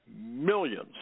millions